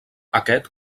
aquest